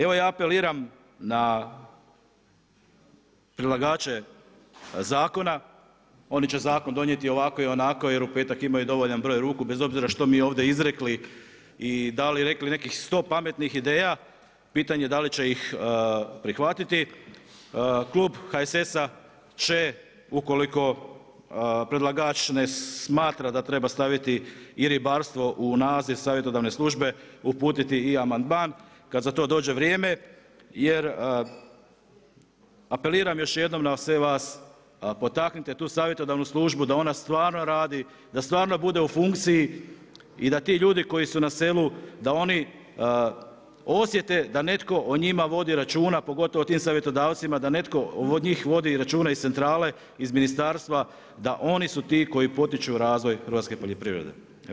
Evo ja apeliram na prilagače zakona, oni će zakon donijeti ovako ili onako, jer u petak imaju dovoljan broj ruku, bez obzira što mi ovdje izrekli i dali rekli nekih 100 pametnih ideja, pitanje je da li će ih prihvatiti, Klub HSS-a će ukoliko predlagač ne smatra da treba staviti i ribarstvo u naziv savjetodavne službe uputiti i amandman kad za to dođe vrijeme, jer apeliram još jednom na sve vas potaknite tu savjetodavnu službu da ona stvarno radi, da stvarno bude u funkciji i da ti ljudi koji su na selu, da oni osjete da netko o njima vodi računa, pogotovo o tim savjetodavcima, da netko od njih vodi računa iz centrale iz ministarstva, da oni su ti koji potiču razvoj hrvatske poljoprivrede.